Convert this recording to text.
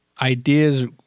ideas